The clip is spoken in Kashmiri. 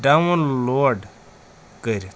ڈاوُن لوڈ کٔرِتھ